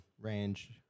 range